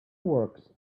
works